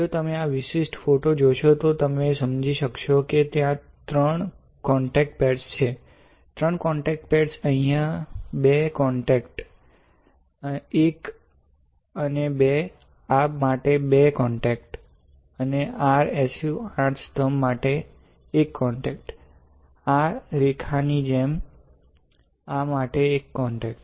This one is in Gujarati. જો તમે આ વિશિષ્ટ ફોટો જોશો તો તમે સમજી શકશો કે ત્યાં ત્રણ કોંટેક્ટ પેડ્સ છે ત્રણ કોંટેક્ટ પેડ્સ અહીં બે કોંટેક્ટ એક અને બે આ માટે બે કોંટેક્ટ અને r SU 8 સ્તંભ માટે એક કૉન્ટૅક્ટ આ રેખાની જેમ આ માટે એક કૉન્ટૅક્ટ